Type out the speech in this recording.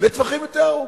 לטווחים יותר ארוכים,